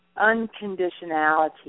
unconditionality